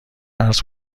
عرض